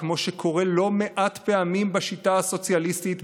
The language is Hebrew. וכמו שקורה לא מעט פעמים בשיטה הסוציאליסטית,